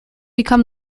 become